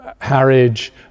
Harwich